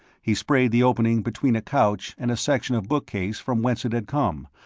he sprayed the opening between a couch and a section of bookcase from whence it had come,